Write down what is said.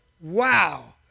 Wow